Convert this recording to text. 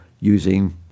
using